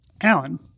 Alan